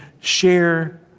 share